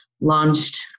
launched